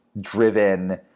driven